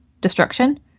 destruction